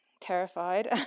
Terrified